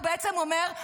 הוא בעצם אומר: